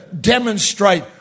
demonstrate